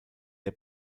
der